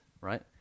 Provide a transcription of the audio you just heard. right